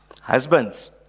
Husbands